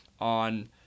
on